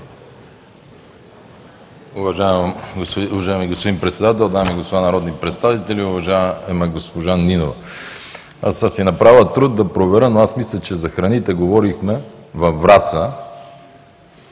Уважаеми господин Председател, дами и господа народни представители, уважаема госпожо Нинова! Аз съм си направил труд да проверя, но мисля, че за храните говорихме във Враца